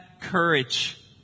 courage